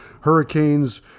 Hurricanes